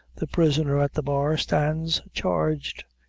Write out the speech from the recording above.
the prisoner at the bar stands charged.